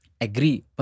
Agree